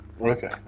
Okay